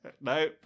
No